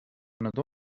nadó